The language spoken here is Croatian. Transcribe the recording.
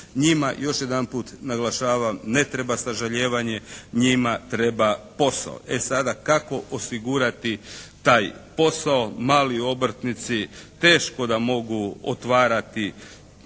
Njima, još jedanput naglašavam ne treba sažalijevanje, njima treba posao. E, sada kako osigurati taj posao? Mali obrtnici teško da mogu otvarati